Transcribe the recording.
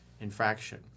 infraction